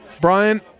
Brian